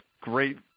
great